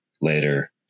later